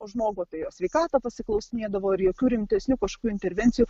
žmogų apie jo sveikatą pasiklausinėdavo ir jokių rimtesnių kažkokių intervencijų